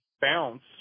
bounce